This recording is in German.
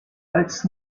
als